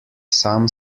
sam